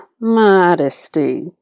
Modesty